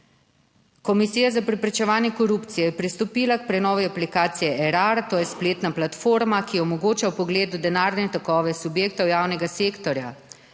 Komisija za preprečevanje korupcije je pristopila k prenovi aplikacije Erar, to je spletna platforma, ki omogoča vpogled v denarne tokove subjektov javnega sektorja.